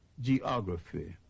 geography